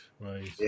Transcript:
right